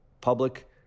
public